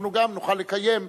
אנחנו גם נוכל לקיים,